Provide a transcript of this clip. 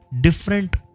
different